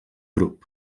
grup